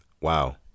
Wow